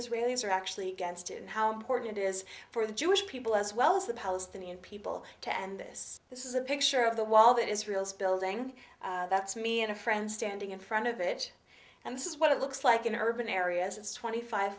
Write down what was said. israelis are actually against it and how important it is for the jewish people as well as the palestinian people to and this this is a picture of the wall that israel's building that's me and a friend standing in front of it and this is what it looks like in urban areas it's twenty five